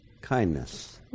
kindness